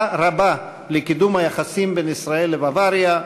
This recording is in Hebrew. רבה לקידום היחסים בין ישראל לבוואריה,